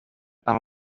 art